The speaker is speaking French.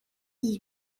dix